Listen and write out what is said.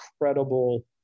incredible